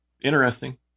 Interesting